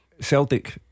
Celtic